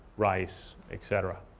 rice, et cetera.